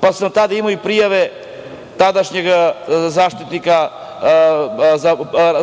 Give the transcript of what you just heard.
pa sam tada imao i prijave tadašnjeg Zaštitnika